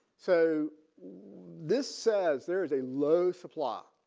so this says there is a low supply